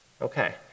Okay